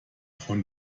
von